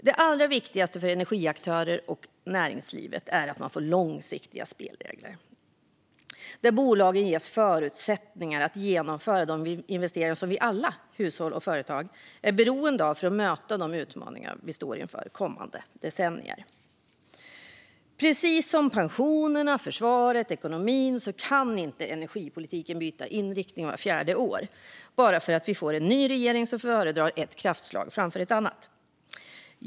Det allra viktigaste för energiaktörerna och näringslivet är att få långsiktiga spelregler. Bolagen måste ges förutsättningar att genomföra de investeringar som vi alla, hushåll och företag, är beroende av för att möta de utmaningar vi står inför kommande decennier. Precis som när det gäller pensionerna, försvaret och ekonomin kan energipolitiken inte byta inriktning vart fjärde år bara för att vi får en ny regering som föredrar ett kraftslag framför ett annat.